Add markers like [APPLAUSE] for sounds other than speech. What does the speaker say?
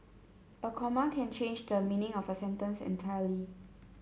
[NOISE] a comma can change the meaning of a sentence entirely